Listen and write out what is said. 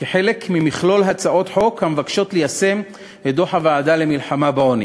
כחלק ממכלול הצעות חוק המבקשות ליישם את דוח הוועדה למלחמה בעוני,